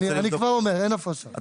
אני כבר אומר שאין הפרשה.